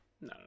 no